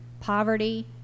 poverty